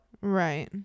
Right